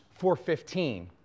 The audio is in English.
4.15